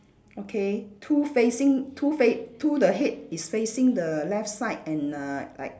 okay two facing two fa~ two the head is facing the left side and err like